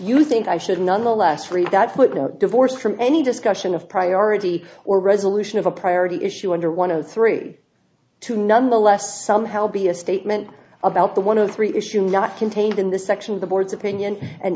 you think i should nonetheless read that footnote divorced from any discussion of priority or resolution of a priority issue under one of the three to none the less somehow be a statement about the one of three issue not contained in the section of the board's opinion and